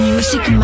Music